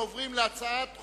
אני קובע שהחלטת ועדת